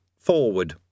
forward